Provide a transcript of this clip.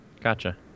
Gotcha